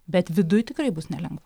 bet viduj tikrai bus nelengva